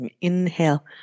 Inhale